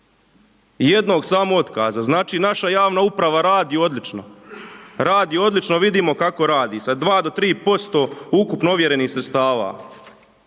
Jednog samo otkaza, znači naša javna uprava radi odlično. Radi odlično, vidimo kako radi, sa 2-3% ukupno ovjerenih sredstava.